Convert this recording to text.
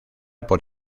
por